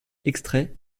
extrait